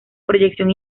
proyección